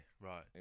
right